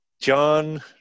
John